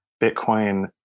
Bitcoin